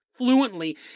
fluently